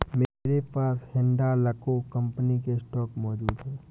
मेरे पास हिंडालको कंपनी के स्टॉक मौजूद है